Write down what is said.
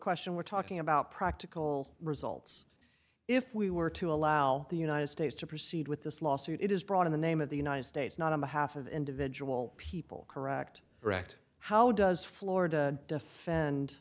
question we're talking about practical results if we were to allow the united states to proceed with this lawsuit it is brought in the name of the united states not on behalf of individual people correct correct how does florida defend